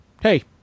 hey